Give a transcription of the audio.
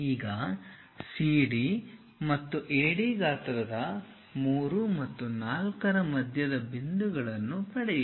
ಈಗ CD ಮತ್ತು AD ಗಾತ್ರದ 3 ಮತ್ತು 4 ರ ಮಧ್ಯದ ಬಿಂದುಗಳನ್ನು ಪಡೆಯಿರಿ